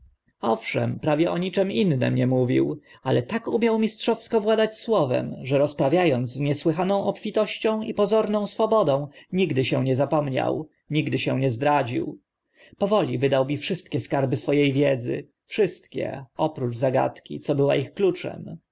owszem prawie o niczym innym nie mówił ale tak umiał mistrzowsko władać słowem że rozprawia ąc z niesłychaną obfitością i pozorną swobodą nigdy się nie zapomniał nigdy się nie zdradził powoli wydał mi wszystkie skarby swo e wiedzy wszystkie oprócz zagadki co była ich kluczem